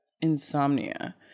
insomnia